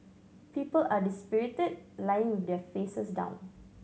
people are dispirited lying with their faces down